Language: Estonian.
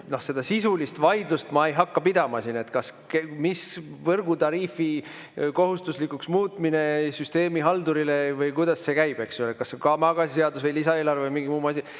Seda sisulist vaidlust ma ei hakka siin pidama, et kas [on vajalik] võrgutariifi kohustuslikuks muutmine süsteemihaldurile või kuidas see käib, kas maagaasiseadus või lisaeelarve või mingi muu asi.